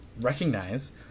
recognize